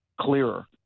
clearer